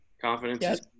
Confidence